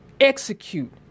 execute